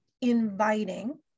inviting